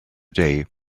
day